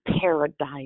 paradise